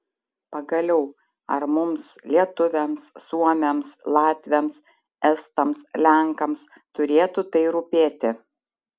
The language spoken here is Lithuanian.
pagaliau ar mums lietuviams suomiams latviams estams lenkams turėtų tai rūpėti